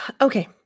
Okay